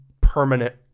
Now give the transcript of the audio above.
permanent